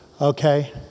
Okay